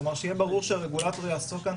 כלומר שיהיה ברור שהרגולטור יעסוק כאן